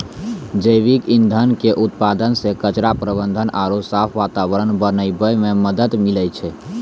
जैविक ईंधन के उत्पादन से कचरा प्रबंधन आरु साफ वातावरण बनाबै मे मदत मिलै छै